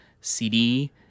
cd